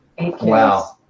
Wow